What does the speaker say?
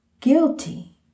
guilty